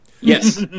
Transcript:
Yes